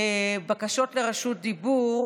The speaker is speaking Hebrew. הוגשו בקשות לרשות דיבור.